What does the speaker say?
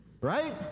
Right